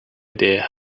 idea